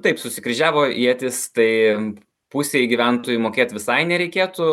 taip susikryžiavo ietys tai pusei gyventojų mokėt visai nereikėtų